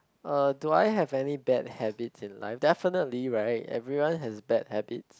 uh do I have any bad habits in life definitely right everyone has bad habits